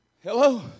Hello